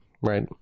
right